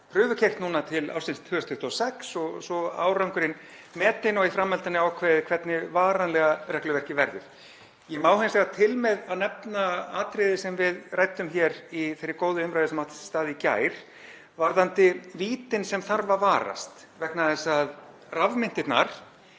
prufukeyrt núna til ársins 2026 og svo verður árangurinn metinn og í framhaldinu ákveðið hvernig varanlega regluverkið verður. Ég má hins vegar til með að nefna atriði sem við ræddum hér í þeirri góðu umræðu sem átti sér stað í gær varðandi vítin sem þarf að varast, vegna þess að það er